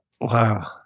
Wow